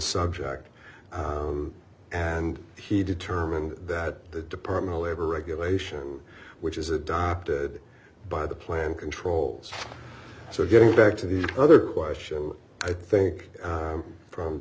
subject and he determined that the department of labor regulation which is adopted by the plan controls so getting back to the other question i think from